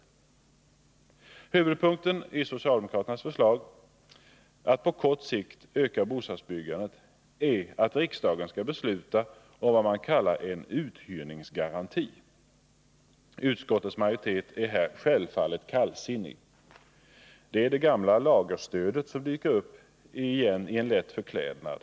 å Huvudpunkten i socialdemokraternas förslag att på kort sikt öka bostadsbyggandet är att riksdagen skall besluta om vad man kallar en uthyrningsgaranti. Utskottets majoritet är här självfallet kallsinnig. Det är det gamla lagerstödet som dyker upp igen i lätt förklädnad.